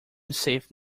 safe